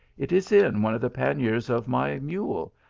it is in one of the panniers of my mule,